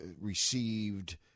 received